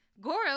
Goro